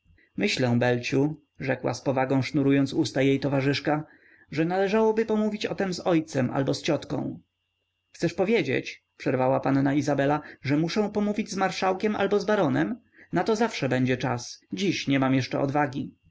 myślę belciu rzekła z powagą sznurując usta jej towarzyszka że należałoby pomówić o tem z ojcem albo z ciotką chcesz powiedzieć przerwała panna izabela że muszę pomówić z marszałkiem albo z baronem na to zawsze będzie czas dziś nie mam jeszcze odwagi